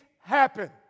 happen